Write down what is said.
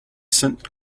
saint